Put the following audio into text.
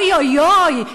אוי-אוי-אוי,